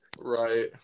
Right